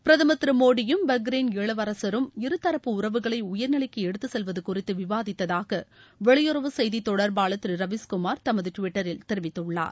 பிரதமர் திரு மோடியும் பஹ்ரைன் இளவரசரும் இருதரப்பு உறவுகளை உயர்நிலைக்கு எடுத்து செல்வது குறித்து விவாதித்ததாக வெளியுறவு செய்தித் தொடர்பாளர் திரு ரவீஸ்குமார் தமது டுவிட்டரில் தெரிவித்துள்ளார்